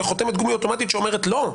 אלא לחותמת גומי אוטומטית שאומרת לא.